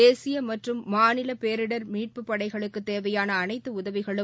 தேசிய மற்றும் மாநில பேரிடர் மீட்புப் படைகளுக்கு தேவையான அனைத்து உதவிகளையும்